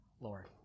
Lord